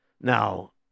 Now